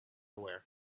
wear